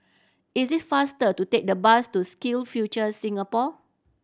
it is faster to take the bus to SkillsFuture Singapore